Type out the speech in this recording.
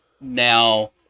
now